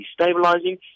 stabilizing